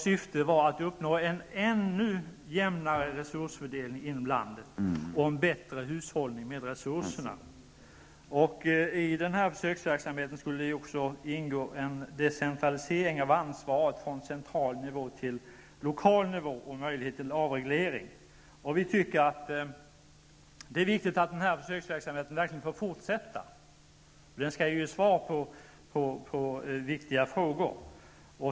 Syftet var att uppnå en ännu jämnare resursfördelning inom landet och en bättre hushållning med resurserna. I denna försöksverksamhet skulle också ingå en decentralisering av ansvaret från central nivå till lokal nivå samt möjlighet till avreglering. Vi tycker att det är viktigt att denna försöksverksamhet verkligen får fortsätta. Den skulle ge svar på viktiga frågor.